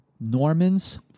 Norman's